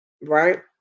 right